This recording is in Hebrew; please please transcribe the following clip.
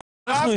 אנחנו הזמנו.